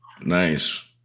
Nice